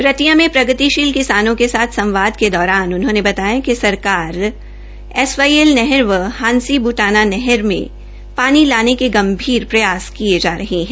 रतिया में प्रगतिशील किसानों के साथ सवांद के दौरान उन्होने बताया कि सरकार एसवाईएल नहर व हांसी ब्टाना नहर में पानी लाने के गंभीर प्रयास किया जा रहे है